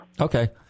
Okay